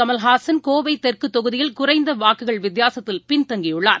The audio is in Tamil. கமல்ஹாசன் கோவை தெற்கு தொகுதியில குறைந்த வாக்குகள் வித்தியாசத்தில் பின்தங்கியுள்ளார்